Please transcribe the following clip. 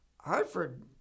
Hartford